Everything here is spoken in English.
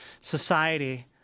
society